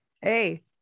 Hey